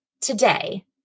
today